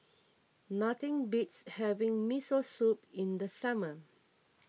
nothing beats having Miso Soup in the summer